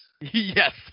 Yes